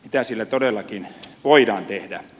mitä sille todellakin voidaan tehdä